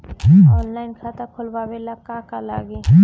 Online खाता खोलबाबे ला का का लागि?